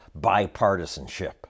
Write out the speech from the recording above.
bipartisanship